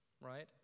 right